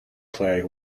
play